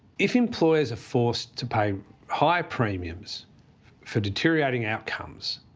if employers are forced to pay higher premiums for deteriorating outcomes,